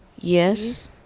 Yes